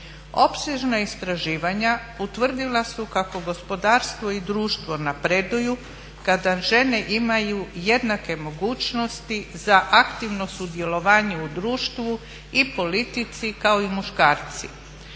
Opsežna istraživanja utvrdila su kako gospodarstvo i društvo napreduju kada žene imaju jednake mogućnosti za aktivno sudjelovanje u društvu i politici kao i muškarci.